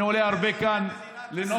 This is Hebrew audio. אני עולה הרבה לכאן לנאום,